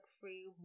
free